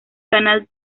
canal